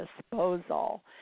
disposal